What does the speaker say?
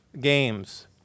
Games